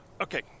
Okay